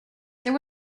there